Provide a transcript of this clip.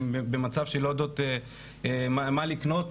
שהן במצב שלא יודעות מה לקנות,